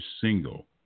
single